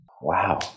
Wow